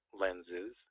lenses